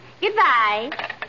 Goodbye